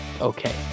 Okay